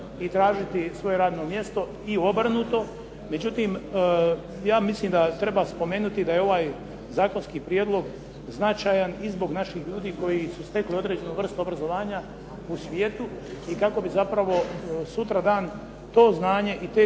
i tražiti svoje radno mjesto i obrnuto. Međutim, ja mislim da treba spomenuti da je ovaj zakonski prijedlog značajan i zbog naših ljudi koji su stekli određenu vrst obrazovanja u svijetu i kako bi zapravo sutra dan to znanje i te